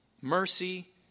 mercy